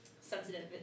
sensitive